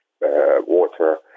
water